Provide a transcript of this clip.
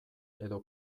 edo